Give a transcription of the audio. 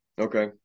Okay